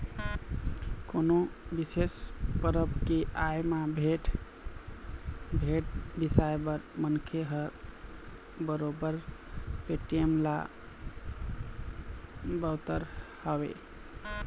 कोनो बिसेस परब के आय म भेंट, भेंट बिसाए बर मनखे ह बरोबर पेटीएम ल बउरत हवय